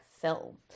film